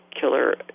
killer